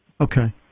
Okay